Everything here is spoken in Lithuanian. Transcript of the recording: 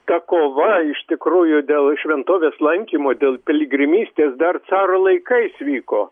ta kova iš tikrųjų dėl šventovės lankymo dėl piligrimystės dar caro laikais vyko